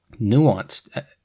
nuanced